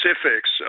specifics